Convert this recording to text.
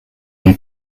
and